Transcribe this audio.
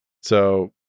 So-